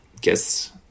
guess